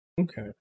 Okay